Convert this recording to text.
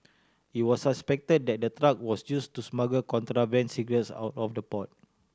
it was suspected that the truck was use to smuggle contraband cigarettes out of the port